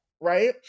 right